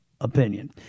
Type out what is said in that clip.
opinion